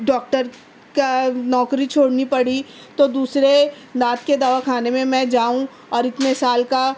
doctor کا نوکری چھوڑنی پڑی تو دوسرے دانت کے دوا خانے میں میں جاؤں اور اتنے سال کا